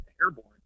Airborne